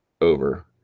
over